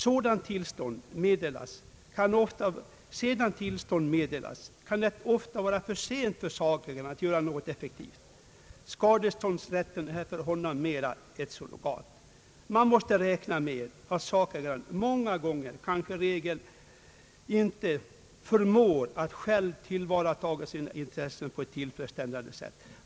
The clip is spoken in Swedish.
Sedan tillstånd meddelats, kan det ofta vara för sent för sakägaren att göra något effektivt; skadeståndsrätten är för honom mera ett surrogat. Man måste räkna med att sakägaren många gånger, kanske i regel, inte förmår att själv tillvarata sina intressen på ett tillfredsställande sätt.